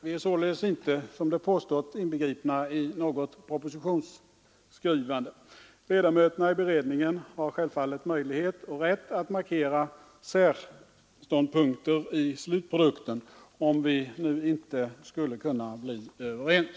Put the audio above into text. Vi är således inte, som det påstås, inbegripna i något propositionsskrivande. Ledamöterna i beredningen har självfallet möjlighet rätt att markera särstånd punkter i slutprodukten om vi inte skulle kunna bli överens.